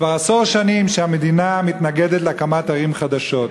כבר עשור שנים המדינה מתנגדת להקמת ערים חדשות,